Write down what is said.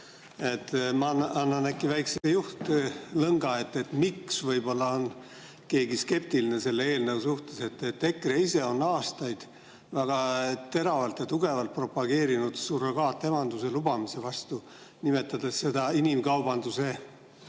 ma annan äkki väikese juhtlõnga, miks võib-olla on keegi skeptiline selle eelnõu suhtes. EKRE ise on aastaid väga teravalt ja tugevalt olnud surrogaatemaduse lubamise vastu, nimetades seda inimkaubandusele